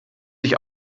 sich